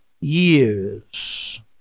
years